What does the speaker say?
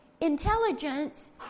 Intelligence